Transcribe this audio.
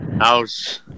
house